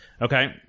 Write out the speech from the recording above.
Okay